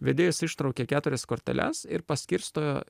vedėjas ištraukia keturias korteles ir paskirsto